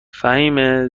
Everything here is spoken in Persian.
فهیمه